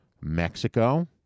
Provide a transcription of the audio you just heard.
mexico